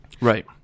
Right